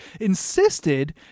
insisted